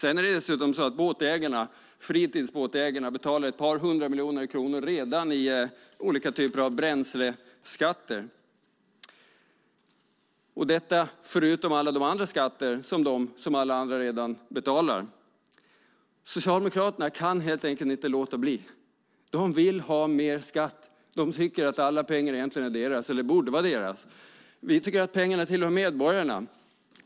Fritidsbåtsägarna betalar dessutom redan ett par hundra miljoner kronor i olika typer av bränsleskatter, förutom alla de andra skatter som de, som alla andra, betalar. Socialdemokraterna kan helt enkelt inte låta bli. De vill ha mer skatt. De tycker att alla pengar egentligen är deras eller borde vara deras. Vi tycker att pengarna tillhör medborgarna.